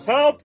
Help